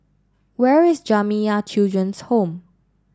where is Jamiyah Children's Home